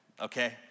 okay